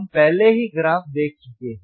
हम पहले ही ग्राफ देख चुके हैं